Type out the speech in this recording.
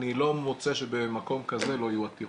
אני לא מוצא שבמקום כזה לא יהיו עתירות,